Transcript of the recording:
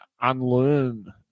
unlearn